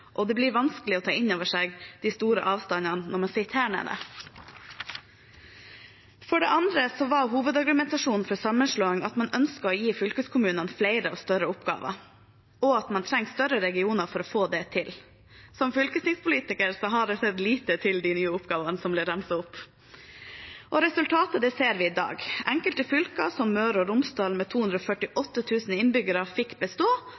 Det blir vanskelig å ta inn over seg de store avstandene når man sitter her nede. For det andre var hovedargumentasjonen for sammenslåing at man ønsket å gi fylkeskommunene flere og større oppgaver, og at man trengte større regioner for å få det til. Som fylkestingspolitiker har jeg sett lite til de nye oppgavene som ble ramset opp. Resultatet ser vi i dag. Enkelte fylker, som Møre og Romsdal med 248 000 innbyggere, fikk bestå,